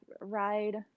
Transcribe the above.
ride